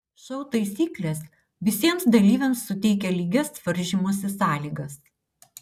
šou taisyklės visiems dalyviams suteikia lygias varžymosi sąlygas